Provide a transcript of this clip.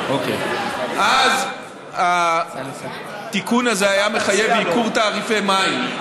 אז התיקון הזה היה מחייב ייקור תעריפי מים,